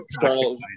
Charles